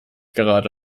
gerade